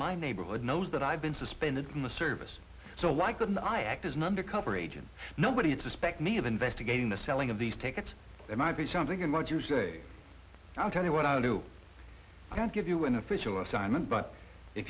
my neighborhood knows that i've been suspended from the service so why couldn't i act as number coverage and nobody had suspect me of investigating the selling of these tickets they might be something in what you say i'll tell you what i'll do i'll give you an official assignment but if